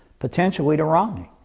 potentially to romney.